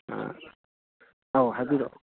ꯑꯥ ꯑꯧ ꯍꯥꯏꯕꯤꯔꯛꯑꯣ